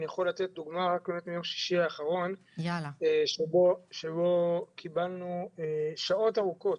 אני יכול לתת דוגמה רק באמת מיום שישי האחרון שבו קיבלנו שעות ארוכות,